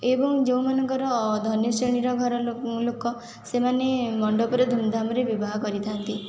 ଏବଂ ଯେଉଁମାନଙ୍କର ଧନୀ ଶ୍ରେଣୀର ଘର ଲୋକ ସେମାନେ ମଣ୍ଡପରେ ଧୂମଧାମରେ ବିବାହ କରିଥାନ୍ତି